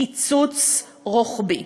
קיצוץ רוחבי.